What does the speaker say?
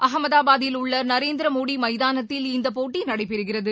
அகமதாபாத்தில் உள்ள நரேந்திர மோடி மைதானத்தில் இந்த போட்டி நடைபெறுகிறது